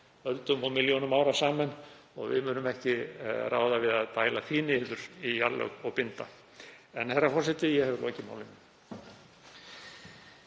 öldum og milljónum ára saman og við munum ekki ráða við að dæla því niður í jarðlög og binda. En, herra forseti, ég hef lokið máli